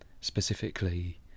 specifically